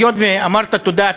היות שאמרת "תודה",